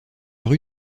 rue